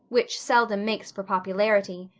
which seldom makes for popularity.